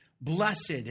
Blessed